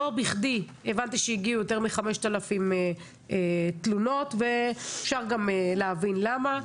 לא בכדי הבנתי שהגיעו יותר מ-5,000 תלונות ואפשר גם להבין למה.